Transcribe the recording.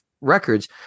records